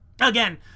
Again